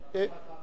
הצעה אחרת.